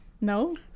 No